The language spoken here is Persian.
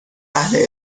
اهل